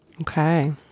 Okay